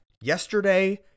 Yesterday